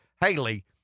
Haley